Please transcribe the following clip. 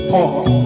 Paul